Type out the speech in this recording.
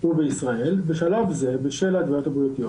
הוא בישראל, בשלב זה בשל ההתוויות הבריאותיות